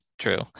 True